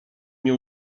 nie